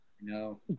No